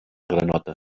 granota